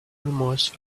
almost